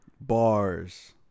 Bars